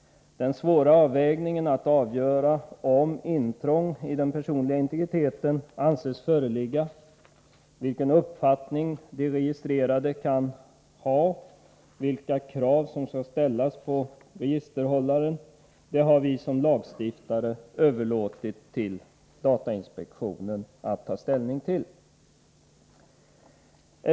Den svåra avvägningen när det gäller att avgöra om intrång i den personliga integriteten anses föreligga, vilken uppfattning de registrerade kan ha eller vilka krav som skall ställas på registerhållaren har vi i egenskap av lagstiftare överlåtit till datainspektionen att ta ställning till.